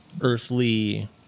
earthly